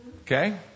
okay